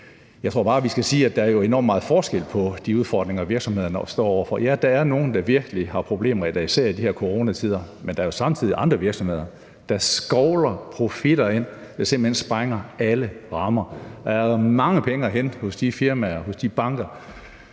Jeg tror bare, vi skal sige, at der jo er enormt meget forskel på de udfordringer, virksomhederne står over for. Ja, der er nogle, der virkelig har problemer, især da i de her coronatider, men der er jo samtidig andre virksomheder, der skovler profitter ind, der simpelt hen sprænger alle rammer. Der er mange penge at hente hos de firmaer, hos de banker,